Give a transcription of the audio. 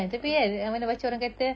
ah